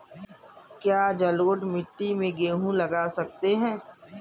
क्या जलोढ़ मिट्टी में गेहूँ लगा सकते हैं?